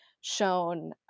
shown